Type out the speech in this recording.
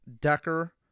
Decker